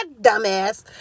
Dumbass